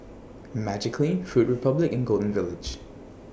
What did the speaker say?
Magiclean Food Republic and Golden Village